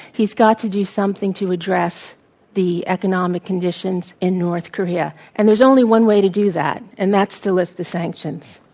he's got to do something to address the economic conditions in north korea. and there's only one way to do that, and that's to lift the sanctions.